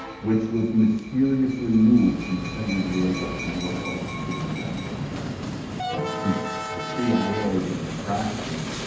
which was mysteriously moved from san diego to norfolk, virginia that summer. now since the cia has been tracking them,